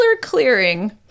clearing